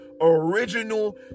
original